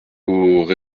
pour